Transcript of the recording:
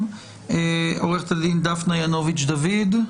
עורכת הדין דפנה ינוביץ' דוד,